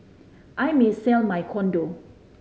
I may sell my condo